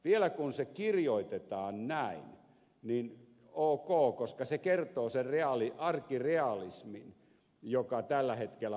vielä kun se kirjoitetaan näin niin ok koska se kertoo sen arkirealismin joka tällä hetkellä vallitsee